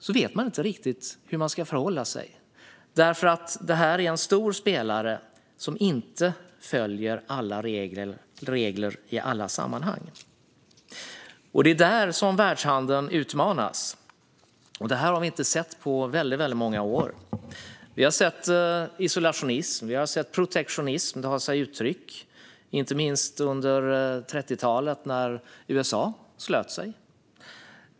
Man vet inte riktigt hur man ska förhålla sig, för detta är en stor spelare som inte följer reglerna i alla sammanhang. Det är där världshandeln utmanas, och detta har vi inte sett på väldigt många år. Vi har sett hur isolationism och protektionism tar sig uttryck, inte minst under 30-talet när USA slöt sig.